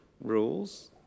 rules